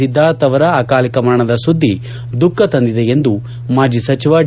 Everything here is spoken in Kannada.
ಸಿದ್ದಾರ್ಥ್ ಅವರ ಅಕಾಲಿಕ ಮರಣದ ಸುದ್ದಿ ದುಖ ತಂದಿದೆ ಎಂದು ಮಾಜಿ ಸಚಿವ ಡಿ